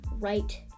right